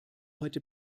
heute